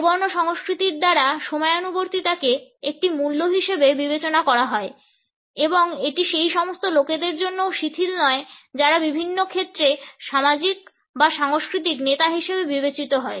একবর্ণ সংস্কৃতির দ্বারা সময়ানুবর্তিতাকে একটি মূল্য হিসাবে বিবেচনা করা হয় এবং এটি সেই সমস্ত লোকদের জন্যও শিথিল নয় যারা বিভিন্ন ক্ষেত্রে সামাজিক বা সাংস্কৃতিক নেতা হিসাবে বিবেচিত হয়